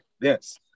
yes